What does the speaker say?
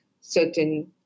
certain